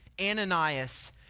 Ananias